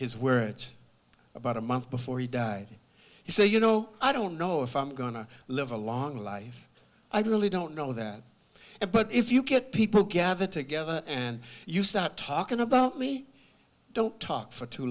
his words about a month before he died he said you know i don't know if i'm going to live a long life i really don't know that but if you get people gather together and you start talking about me don't talk for too